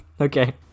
Okay